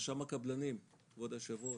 רשם הקבלנים, כבוד היושב ראש,